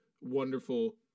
wonderful